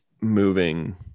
moving